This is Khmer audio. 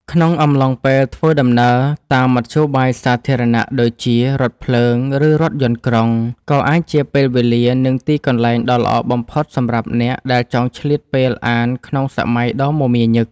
ក្នុងអំឡុងពេលធ្វើដំណើរតាមមធ្យោបាយសាធារណៈដូចជា រថភ្លើង ឬរថយន្តក្រុង ក៏អាចជាពេលវេលានិងទីកន្លែងដ៏ល្អបំផុតសម្រាប់អ្នកដែលចង់ឆ្លៀតពេលអានក្នុងសម័យដ៏មមាញឹក។